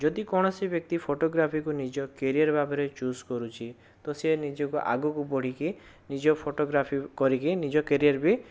ଯଦି କୌଣସି ବ୍ୟକ୍ତି ଫଟୋଗ୍ରାଫିକୁ ନିଜ କ୍ୟାରିଅର ଭାବରେ ଚୂଜ କରୁଛି ତ ସିଏ ନିଜକୁ ଆଗକୁ ବଢ଼ିକି ନିଜ ଫଟୋଗ୍ରାଫି କରିକି ନିଜ କ୍ୟାରିଅର ବି